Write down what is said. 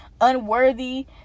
unworthy